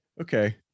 Okay